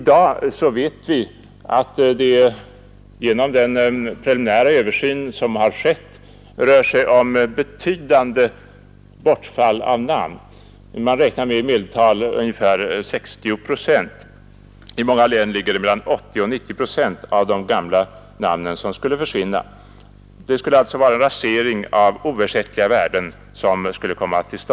Men i dag vet vi genom den preliminära översyn som skett att det rör sig om ett betydande bortfall av namn. Man räknar med i medeltal 60 procent, men i många län skulle 80—90 procent av de gamla namnen försvinna, och det betyder en rasering av oersättliga värden.